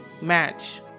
match